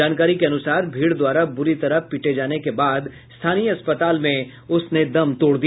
जानकारी के अनुसार भीड़ द्वारा बुरी तरह पीटे जाने के बाद स्थानीय अस्पताल में उसने दम तोड़ दिया